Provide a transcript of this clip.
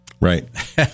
Right